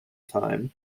time